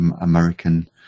American